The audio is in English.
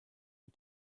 you